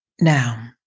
Now